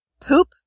poop